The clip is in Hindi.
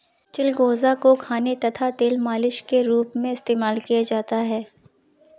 चिलगोजा को खाने तथा तेल मालिश के रूप में इस्तेमाल किया जाता है